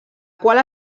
qual